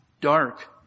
dark